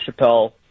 Chappelle